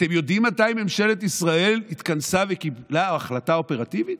אתם יודעים מתי ממשלת ישראל התכנסה וקיבלה החלטה אופרטיבית?